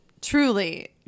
truly